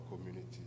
community